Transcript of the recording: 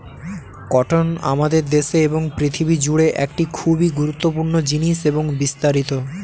cotton আমাদের দেশে এবং পৃথিবী জুড়ে একটি খুবই গুরুত্বপূর্ণ জিনিস এবং বিস্তারিত